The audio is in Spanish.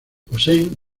poseen